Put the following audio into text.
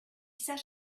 sat